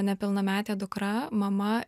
nepilnametė dukra mama